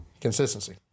Consistency